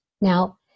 Now